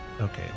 okay